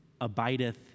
abideth